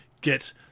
get